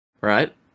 right